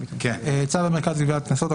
צו המרכז לגביית קנסות,